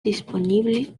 disponible